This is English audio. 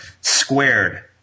squared